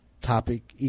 topic